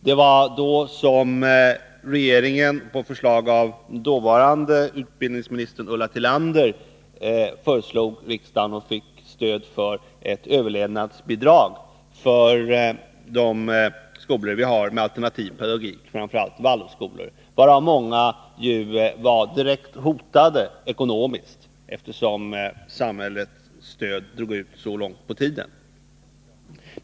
Det var då som regeringen på förslag av dåvarande utbildningsministern Ulla Tillander föreslog riksdagen och fick stöd för ett överlevnadsbidrag för de skolor vi har med alternativ pedagogik, framför allt Waldorfskolor, därav många var direkt hotade ekonomiskt, eftersom samhällets stöd drog ut så långt på tiden.